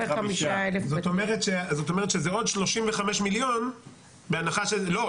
זאת אומרת שזה עוד 35 מליון בהנחה ש- -- לא,